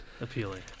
appealing